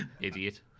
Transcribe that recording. Idiot